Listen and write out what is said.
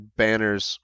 banners